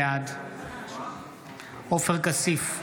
בעד עופר כסיף,